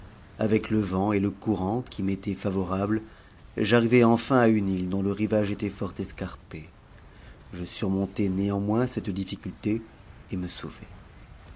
avec le vent et le courant qui m'étaient favorables j'arrivai enfin à une île dont le rivage était fort escarpé je surmontai néanmoins cette difsculté et me sauvai